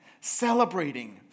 celebrating